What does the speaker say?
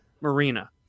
Marina